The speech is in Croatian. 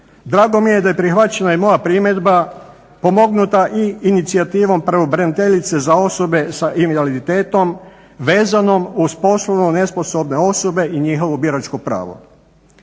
Drago mi je da je prihvaćena i moja primjedba pomognuta i inicijativom pravobraniteljice za osobe s invaliditetom vezanom uz poslovno nesposobne osobe i njihovo biračko pravo.